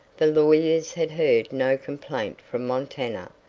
the lawyers had heard no complaint from montana,